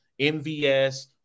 MVS